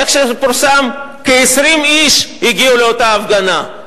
איך שזה פורסם, כ-20 איש הגיעו לאותה הפגנה.